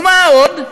ומה עוד?